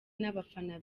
n’abafana